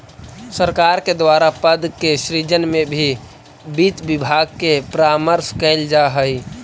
सरकार के द्वारा पद के सृजन में भी वित्त विभाग से परामर्श कैल जा हइ